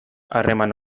harreman